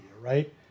right